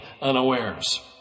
unawares